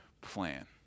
plan